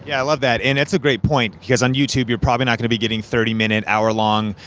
yeah i love that, and that's a great point, because on youtube, you're probably not going to be getting thirty minute, hour long,